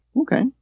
Okay